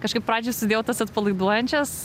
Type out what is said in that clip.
kažkaip pradžioj sudėjau tas atpalaiduojančias